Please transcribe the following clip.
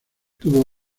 tuvo